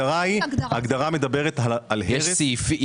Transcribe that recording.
ההגדרה מדברת על הרס פיזי טוטאלי.